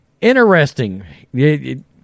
interesting